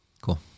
Cool